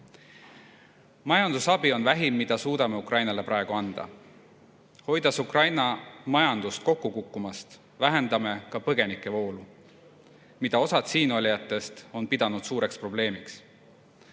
Majandusabi on vähim, mida suudame Ukrainale praegu anda. Hoides Ukraina majandust kokku kukkumast, vähendame ka põgenikevoolu, mida osa siinolijatest on pidanud suureks probleemiks.